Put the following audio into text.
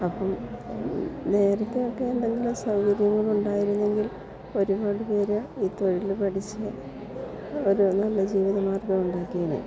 അപ്പം നേരത്തെയൊക്കെ എന്തെങ്കിലും സൗകര്യങ്ങൾ ഉണ്ടായിരുന്നെങ്കിൽ ഒരുപാടുപേർ ഈ തൊഴിൽ പഠിച്ച് ഒരു നല്ല ജീവിതമാർഗ്ഗം ഉണ്ടാക്കിയേനെ